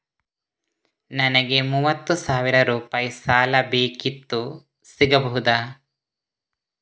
ನನಗೆ ಮೂವತ್ತು ಸಾವಿರ ರೂಪಾಯಿ ಸಾಲ ಬೇಕಿತ್ತು ಸಿಗಬಹುದಾ?